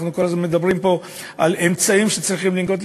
אנחנו כל הזמן מדברים פה על אמצעים שצריכים לנקוט.